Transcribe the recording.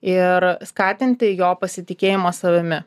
ir skatinti jo pasitikėjimą savimi